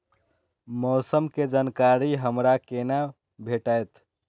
मौसम के जानकारी हमरा केना भेटैत?